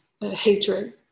hatred